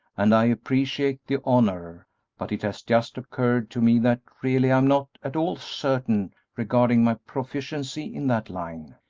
and i appreciate the honor but it has just occurred to me that really i am not at all certain regarding my proficiency in that line.